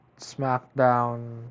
Smackdown